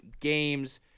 games